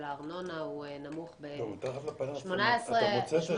הוא נמוך -- מתחת לפנס אתה מוצא את השקל.